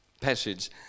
passage